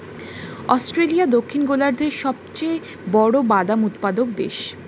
Australia দক্ষিণ গোলার্ধের সবচেয়ে বড় বাদাম উৎপাদক দেশ